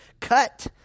cut